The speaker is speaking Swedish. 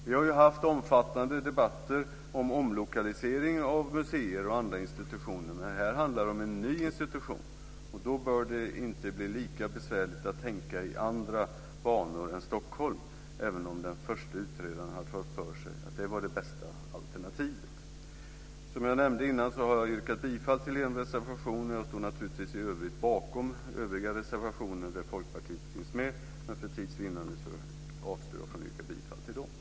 Vi har ju haft omfattande debatter om omlokalisering av museer och andra institutioner, men här handlar det om en ny institution, och då bör det inte bli lika besvärligt att tänka i andra banor än Stockholm, även om den förste utredaren hade fått för sig att det var det bästa alternativet. Jag har yrkat bifall till en reservation. Jag står naturligtvis bakom också övriga reservationer där Folkpartiet finns med, men för tids vinnande avstår jag från att yrka bifall till dem.